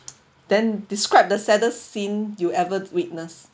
then describe the saddest scene you ever witnessed